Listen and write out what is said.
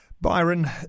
byron